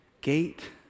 gate